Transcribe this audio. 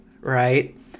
right